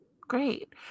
Great